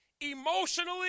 emotionally